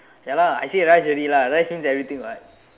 ya lah I say rice already lah rice means everything what